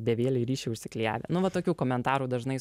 bevielį ryšį užsiklijavę nu vat tokių komentarų dažnai